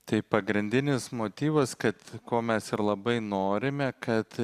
tai pagrindinis motyvas kad ko mes ir labai norime kad